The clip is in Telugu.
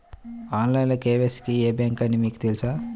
ఆన్లైన్ కే.వై.సి కి ఏ బ్యాంక్ అని మీకు తెలుసా?